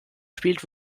spielt